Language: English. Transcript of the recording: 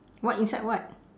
what inside what